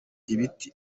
ibiti